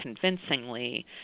convincingly